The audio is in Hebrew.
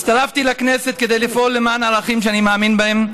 הצטרפתי לכנסת כדי לפעול למען הערכים שאני מאמין בהם,